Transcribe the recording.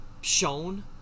shown